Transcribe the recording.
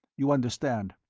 you understand.